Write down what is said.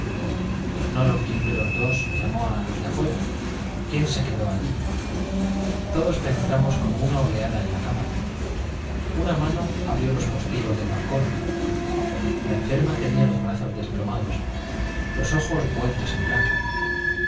ignoro quién de los dos llamó á los de afuera quién se quedó allí todos penetramos omo una oleada en la cámara balcón la enferma una man abrió los postigos del tenía los brazos desplomados los ojos vueltos en blanco